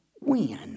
win